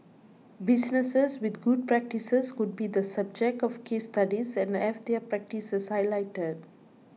businesses with good practices could be the subject of case studies and have their practices highlighted